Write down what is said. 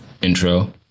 intro